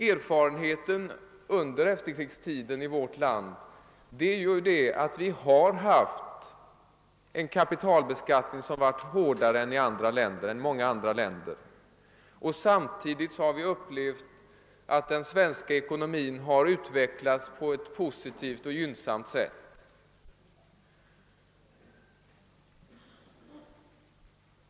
Kapitalbeskattningen har under efterkrigstiden varit hårdare i vårt land än i många andra länder. Samtidigt har vi upplevt att den svenska ekonomin har utvecklats på ett positivt och gynnsamt sätt.